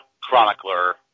Chronicler